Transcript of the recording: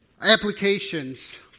applications